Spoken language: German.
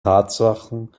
tatsachen